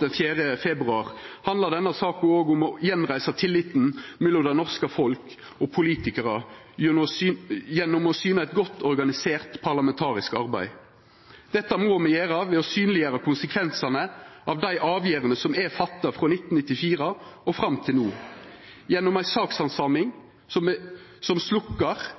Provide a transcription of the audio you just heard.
den 4. februar, handlar denne saka òg om å gjenreisa tilliten mellom det norske folk og politikarar gjennom å syna eit godt organisert parlamentarisk arbeid. Dette må me gjera ved å synleggjera konsekvensane av dei avgjerdene som er tekne frå 1994 og fram til no, gjennom ei sakshandsaming som sløkkjer det infernoet som